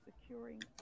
securing